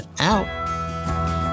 out